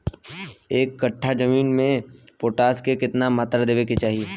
एक कट्ठा जमीन में पोटास के केतना मात्रा देवे के चाही?